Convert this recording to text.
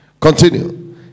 continue